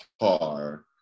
car